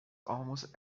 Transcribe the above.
almost